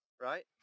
right